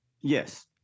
Yes